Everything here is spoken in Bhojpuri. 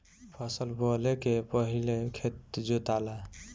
फसल बोवले के पहिले खेत जोताला